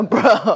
Bro